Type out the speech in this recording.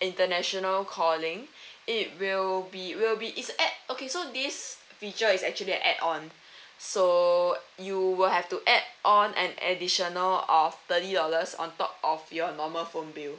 international calling it will be it will be it's add okay so this feature is actually an add-on so you will have to add on an additional of thirty dollars on top of your normal phone bill